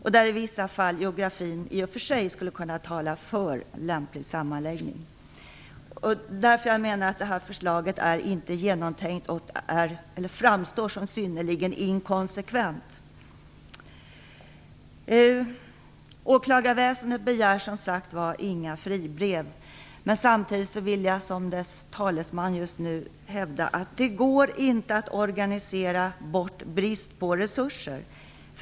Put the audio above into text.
I vissa fall skulle geografin i och för sig tala för en lämplig sammanläggning. Det är därför som jag menar att förslaget inte är genomtänkt och att det framstår som synnerligen inkonsekvent. Åklagarväsendet begär, som sagt, inga fribrev. Som dess talesman just nu vill jag dock hävda att det inte går att organisera bort brist på resurser.